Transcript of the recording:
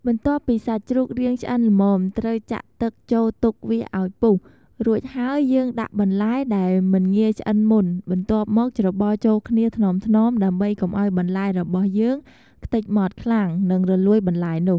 បន្ទាប់ពីសាច់ជ្រូករាងឆ្អិនល្មម ត្រូវចាក់ទឹកចូលទុកវាអោយពុះ រួចហើយយើងដាក់បន្លែដែលមិនងាយឆ្អិនមុន បន្ទាប់មកច្របល់ចូលគ្នាថ្នមៗដើម្បីកុំឲ្យបន្លែរបស់យើងខ្ទេចម៉ត់ខ្លាំងនិងរលួយបន្លែនោះ។